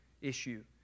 issue